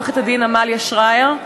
עורכת-הדין עמליה שרייר,